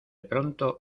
pronto